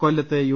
കൊല്ലത്ത് യു